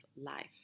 life